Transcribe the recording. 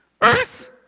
Earth